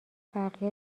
بقیه